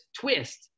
twist